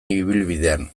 ibilbidean